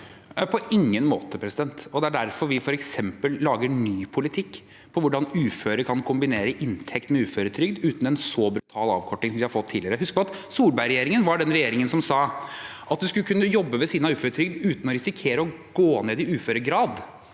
På ingen måte, og det er derfor vi f.eks. lager ny politikk for hvordan uføre kan kombinere inntekt med uføretrygd uten en så brutal avkorting som de har fått tidligere. Husk at Solbergregjeringen var den regjeringen som sa at man skulle kunne jobbe ved siden av uføretrygd uten å risikere å gå ned i uføregrad.